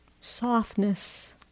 softness